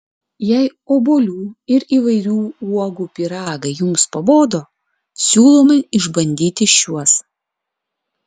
jei obuolių ir įvairių uogų pyragai jums pabodo siūlome išbandyti šiuos